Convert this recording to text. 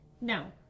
No